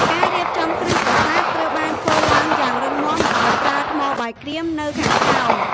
ការរៀបចំគ្រឹះប្រាសាទត្រូវបានធ្វើឡើងយ៉ាងរឹងមាំដោយប្រើថ្មបាយក្រៀមនៅខាងក្រោម។